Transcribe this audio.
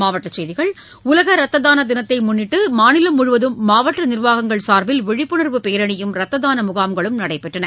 மாவட்டச் செய்திகள் உலக ரத்த தானத்தை முன்னிட்டு மாநிலம் முழுவதும் மாவட்ட நிர்வாகம் சார்பில் விழிப்புணர்வு பேரணியும் ரத்த தான முகாம்களும் நடைபெற்றன